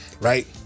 right